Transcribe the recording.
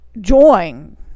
join